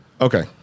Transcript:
Okay